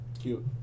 Cute